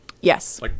Yes